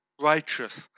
righteous